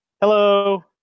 Hello